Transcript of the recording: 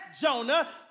Jonah